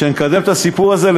שנקדם את הסיפור הזה,